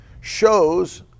shows